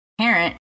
parent